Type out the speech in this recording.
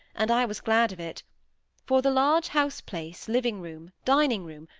and i was glad of it for the large house-place, living room, dining-room,